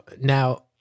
now